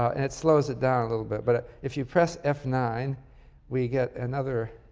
um it slows it down a little bit, but if you press f nine we get another